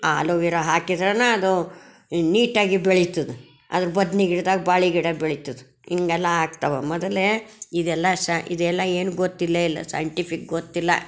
ಆ aloe vera ಹಾಕಿದ್ರೂನು ಅದು ನೀಟಾಗಿ ಬೆಳಿತದೆ ಅದು ಬದ್ನೆಗಿಡದಾಗ ಬಾಳೆಗಿಡ ಬೆಳಿತದೆ ಹಿಂಗೆಲ್ಲ ಆಗ್ತವೆ ಮೊದಲೇ ಇದೆಲ್ಲ ಶಾ ಇದೆಲ್ಲ ಏನು ಗೊತ್ತಿಲ್ಲೆ ಇಲ್ಲ ಸೈಂಟಿಫಿಕ್ ಗೊತ್ತಿಲ್ಲ